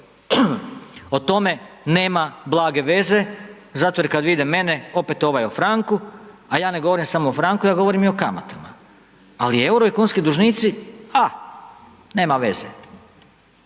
o tome nema blage veze zato jer kad vide mene, opet ovaj o franku, a ja ne govorim samo o franku, ja govorim i o kamatama, ali EUR-o i kunski dužnici, a nema veze.